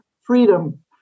freedom